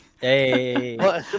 Hey